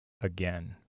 again